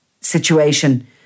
situation